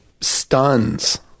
stuns